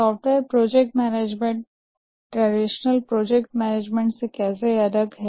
software project management traditional project management से कैसे अलग है